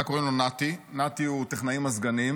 קוראים לו נתי, נתי הוא טכנאי מזגנים.